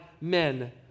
men